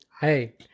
hey